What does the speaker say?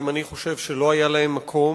גם אני חושב שלא היה להם מקום.